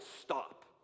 stop